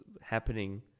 happening